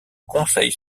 conseil